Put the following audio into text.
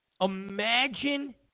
Imagine